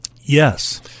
Yes